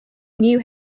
new